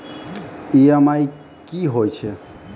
EMI कि होय छै?